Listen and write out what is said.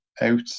out